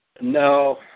No